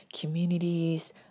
communities